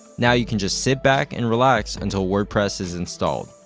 now you can just sit back and relax until wordpress is installed.